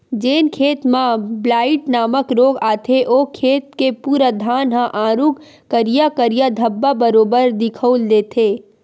जेन खेत म ब्लाईट नामक रोग आथे ओ खेत के पूरा धान ह आरुग करिया करिया धब्बा बरोबर दिखउल देथे